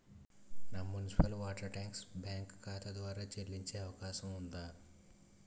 నా municipal water tax bank ఖాతా ద్వారా చెల్లించే అవకాశం ఉందా?